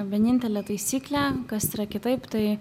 vienintelė taisyklė kas yra kitaip tai